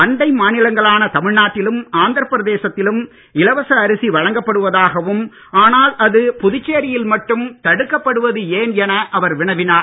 அண்டை மாநிலங்களான தமிழ்நாட்டிலும் ஆந்திர பிரதேசத்திலும் இலவச அரிசி வழங்கப்படுவதாகவும் ஆனால் அது புதுச்சேரியில் மட்டும் அது தடுக்கப்படுவது ஏன் என அவர் வினவினார்